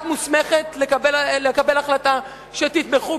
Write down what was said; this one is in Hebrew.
את מוסמכת לקבל החלטה שתתמכו,